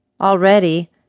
Already